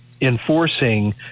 enforcing